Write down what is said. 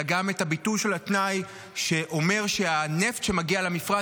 אלא גם ביטול של התנאי שאומר שהנפט שמגיע למפרץ